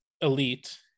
Elite